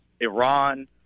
Iran